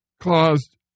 caused